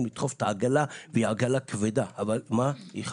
לדחוף את העגלה והיא עגלה כבדה אך חשובה.